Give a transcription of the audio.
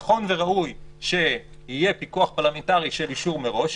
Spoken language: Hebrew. נכון וראוי שיהיה פיקוח פרלמנטרי של אישור מראש,